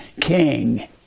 king